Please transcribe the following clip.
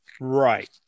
Right